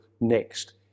next